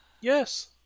Yes